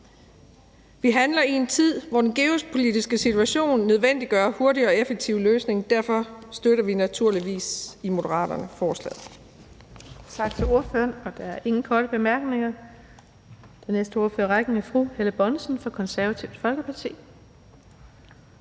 Vi handler i en tid, hvor den geopolitiske situation nødvendiggør hurtig og effektiv løsning. Og derfor støtter vi i Moderaterne naturligvis